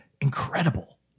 incredible